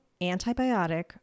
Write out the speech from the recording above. antibiotic